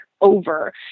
over